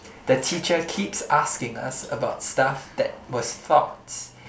the teacher keeps asking us about stuff that was taught